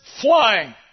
flying